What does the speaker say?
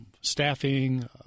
staffing